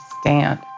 Stand